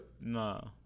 No